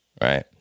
right